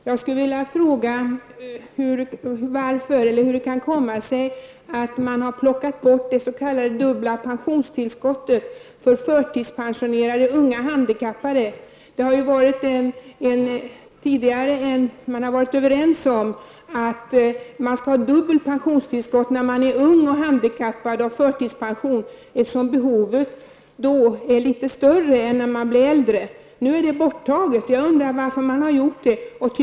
Herr talman! Jag har en fråga att ställa till socialministern. Hur kan det komma sig att man har plockat bort det s.k. dubbla pensionstillskottet för förtidspensionerade unga handikappade. Man har tidigare varit överens om att de unga handikappade som har förtidspension skall ha dubbelt pensionstillskott, eftersom behovet då är litet större än när de blir äldre. Nu är det borttaget. Jag undrar varför man har tagit bort det dubbla pensionstillskottet.